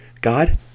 God